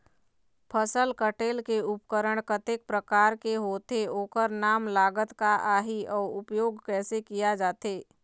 फसल कटेल के उपकरण कतेक प्रकार के होथे ओकर नाम लागत का आही अउ उपयोग कैसे किया जाथे?